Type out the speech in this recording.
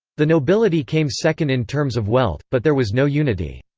the nobility came second in terms of wealth, but there was no unity.